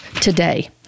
today